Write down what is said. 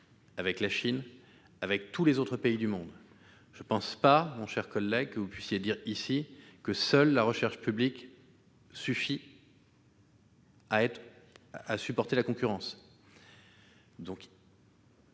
de la Chine et de tous les autres pays du monde. Je ne pense pas, mon cher collègue, que vous puissiez prétendre que la recherche publique suffise à affronter la concurrence